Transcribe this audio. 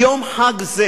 ביום חג זה